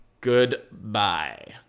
Goodbye